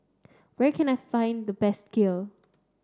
where can I find the best Kheer